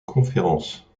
conférence